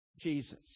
Jesus